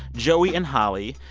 joey and holly,